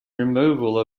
removal